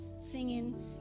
singing